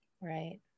Right